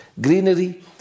greenery